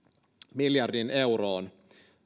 miljardiin euroon